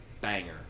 banger